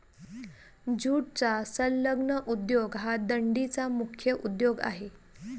ज्यूटचा संलग्न उद्योग हा डंडीचा मुख्य उद्योग आहे